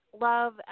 love